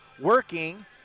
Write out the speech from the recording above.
working